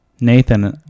Nathan